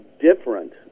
different